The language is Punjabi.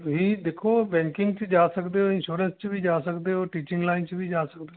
ਜੀ ਦੇਖੋ ਬੈਂਕਿੰਗ 'ਚ ਜਾ ਸਕਦੇ ਹੋ ਇੰਸ਼ੋਰੈਂਸ 'ਚ ਵੀ ਜਾ ਸਕਦੇ ਹੋ ਟੀਚਿੰਗ ਲਾਈਨ 'ਚ ਵੀ ਜਾ ਸਕਦੇ ਹੋ